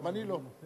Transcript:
גם אני לא.